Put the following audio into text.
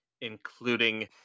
including